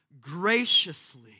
graciously